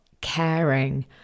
caring